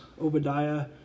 Obadiah